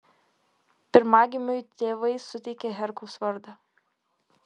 pirmagimiui tėvai suteikė herkaus vardą